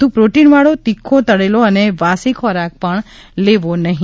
વધુ પ્રોટીનવાળો તીખો તળેલો અને વાસી ખોરાક લેવો નહિ